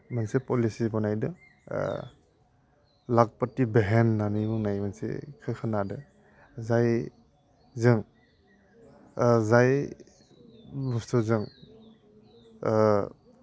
मोनसे पलिसि बानायदों लाखपति बेहेन होननानै बुंनाय मोनसे खोनादों जायजों जाय बुस्तुजों